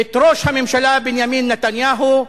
את ראש הממשלה בנימין נתניהו,